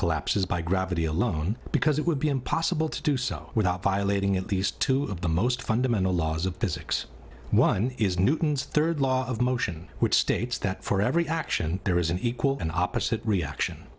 collapses by gravity alone because it would be impossible to do so without violating at least two of the most fundamental laws of physics one is newton's third law of motion which states that for every action there is an equal and opposite reaction